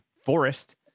forest